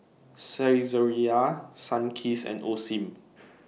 Saizeriya Sunkist and Osim